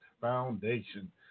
Foundation